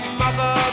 mother